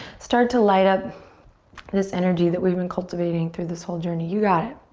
start to light up this energy that we've been cultivating through this whole journey. you got it.